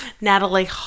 Natalie